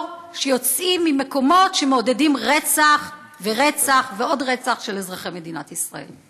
שיוצאים ממקומות שמעודדים רצח ורצח ועוד רצח של אזרחי מדינת ישראל.